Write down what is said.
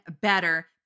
better